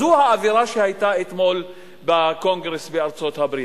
זו האווירה שהיתה אתמול בקונגרס בארצות-הברית.